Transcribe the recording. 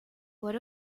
what